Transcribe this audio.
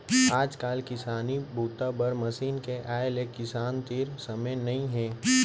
आजकाल किसानी बूता बर मसीन के आए ले किसान तीर समे नइ हे